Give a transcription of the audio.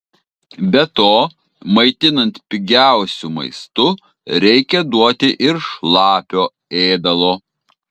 be to maitinant pigiausiu maistu reikia duoti ir šlapio ėdalo